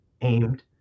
aimed